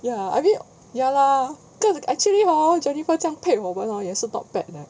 ya I mean ya lor 真的 actually hor jennifer 这样配我们 hor 也是 not bad leh